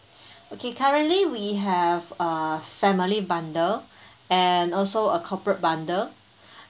okay currently we have a family bundle and also a corporate bundle